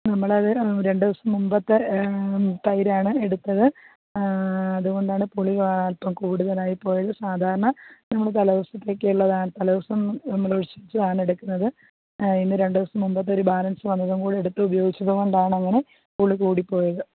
നമ്മളത് രണ്ട് ദിവസം മുമ്പത്തെ തൈരാണ് എടുത്തത് അതുകൊണ്ടാണ് പുളി അൽപ്പം കൂടുതൽ ആയി പോയത് സാധാരണ ഞങ്ങൾ തലേദിവസത്തേക്കുളളത് തലേദിവസം എടുക്കുന്നത് അതിന് രണ്ട് ദിവസം മുമ്പത്തെ ഒരു ബാലൻസ് വന്നതും കൂടി എടുത്തുപയോഗിച്ചത് കൊണ്ടാണങ്ങനെ പുളി കൂടി പോയത്